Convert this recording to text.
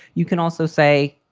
you can also say.